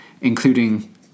including